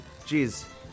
jeez